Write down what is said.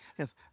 Yes